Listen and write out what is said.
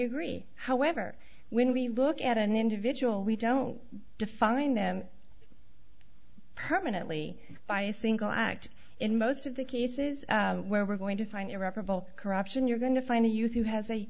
agree however when we look at an individual we don't define them permanently by a single act in most of the cases where we're going to find irreparable corruption you're going to find a youth who has a